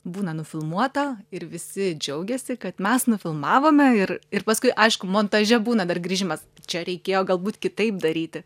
būna nufilmuota ir visi džiaugiasi kad mes nufilmavome ir ir paskui aišku montaže būna dar grįžimas čia reikėjo galbūt kitaip daryti